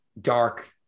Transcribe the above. dark